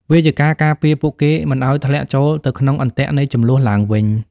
វាជាការការពារពួកគេមិនឱ្យធ្លាក់ចូលទៅក្នុងអន្ទាក់នៃជម្លោះឡើងវិញ។